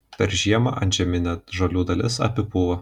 per žiemą antžeminė žolių dalis apipūva